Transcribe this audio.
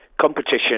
Competition